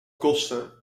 kosten